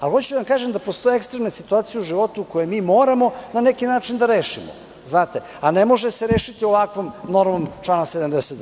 Ali hoću da vam kažem da postoje ekstremne situacije u životu koje mi moramo na neki način da rešimo, znate, a ne može se rešiti ovakvom normom člana 72.